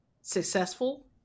successful